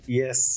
yes